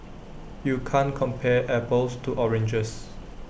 you can't compare apples to oranges